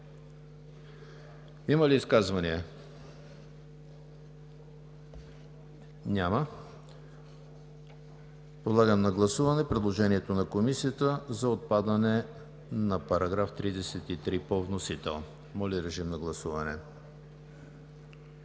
Има ли изказвания? Няма. Подлагам на гласуване предложението на Комисията за отпадане на § 33 по вносител. Гласували